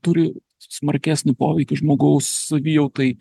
turi smarkesnį poveikį žmogaus savijautai